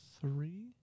three